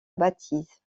bâtisse